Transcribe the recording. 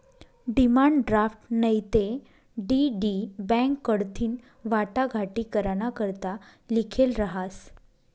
demand draft नैते DD bank कडथीन वाटाघाटी कराना करता लिखेल रहास